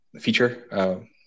feature